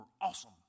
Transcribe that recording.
awesome